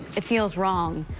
it feels wrong.